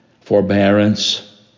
forbearance